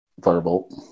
Firebolt